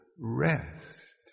rest